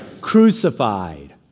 crucified